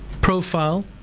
profile